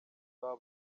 aba